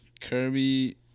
Kirby